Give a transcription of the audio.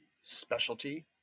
specialty